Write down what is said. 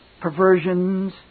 perversions